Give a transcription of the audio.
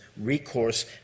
recourse